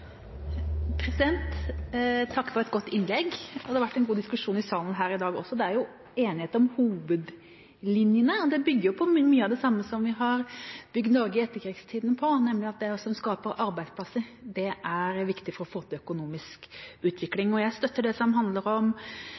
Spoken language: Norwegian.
har vært en god diskusjon i salen her i dag også. Det er jo enighet om hovedlinjene, og det bygger på mye av det samme som vi har bygd Norge på i etterkrigstida, nemlig at det å skape arbeidsplasser er viktig for å få til økonomisk utvikling. Jeg støtter det som handler om